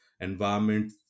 environment